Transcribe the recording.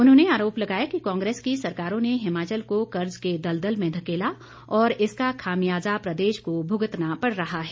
उन्होंने आरोप लगाया कि कांग्रेस की सरकारों ने हिमाचल को कर्ज के दलदल में धकेला और इसका खामियाजा प्रदेश को भुगतना पड़ रहा है